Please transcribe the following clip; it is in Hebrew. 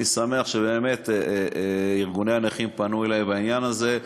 אני שמח שארגוני הנכים פנו אלי בעניין הזה,